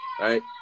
right